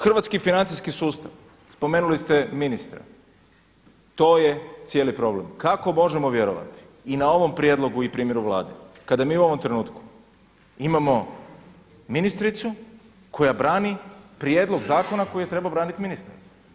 Hrvatski financijski sustav, spomenuli ste ministre, to je cijeli problem, kako možemo vjerovati i na ovom prijedlogu i primjeru Vlade kada mi u ovom trenutku imamo ministricu koja brani prijedlog zakona koji je trebao braniti ministar.